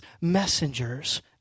messengers